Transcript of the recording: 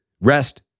rest